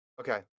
Okay